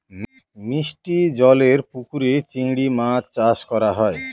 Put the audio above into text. মিষ্টি জলেরর পুকুরে চিংড়ি মাছ চাষ করা হয়